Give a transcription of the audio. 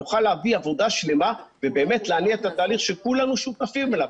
נוכל להביא עבודה שלמה ובאמת להניע את התהליך שכולנו שותפים לו.